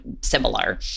similar